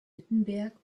wittenberg